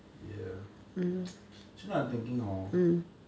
ya actually now I thinking hor